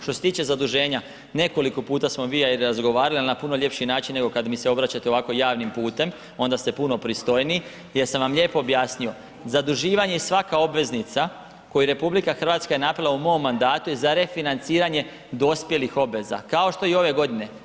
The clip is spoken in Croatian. Što se tiče zaduženja, nekoliko puta smo vi i ja razgovarali ali na puno ljepši način nego kada mi se obraćate ovako javnim putem, onda ste puno pristojniji, jesam vam lijepo objasnio, zaduživanje i svaka obveznica koju RH je napravila u mom mandatu je za refinanciranje dospjelih obveza, kao što je i ove godine.